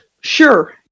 sure